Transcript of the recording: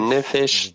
Nefesh